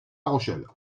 rochelle